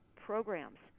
programs